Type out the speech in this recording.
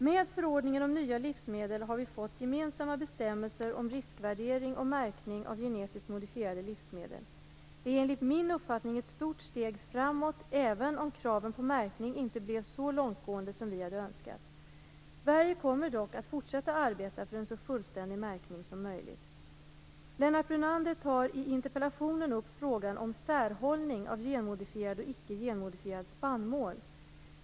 Med förordningen om nya livsmedel har vi fått gemensamma bestämmelser om riskvärdering och märkning av genetiskt modifierade livsmedel. Det är enligt min uppfattning ett stort steg framåt även om kraven på märkning inte blev så långtgående som vi hade önskat. Sverige kommer dock att fortsätta arbeta för en så fullständig märkning som möjligt. Lennart Brunander tar i interpellationen upp frågan om särhållning av genmodifierad och ickegenmodifierad spannmål.